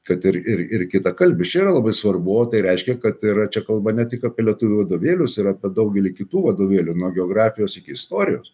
kad ir ir ir kitakalbius čia yra labai svarbu o tai reiškia kad yra čia kalba ne tik apie lietuvių vadovėlius ir apie daugelį kitų vadovėlių nuo geografijos iki istorijos